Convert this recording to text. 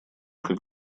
как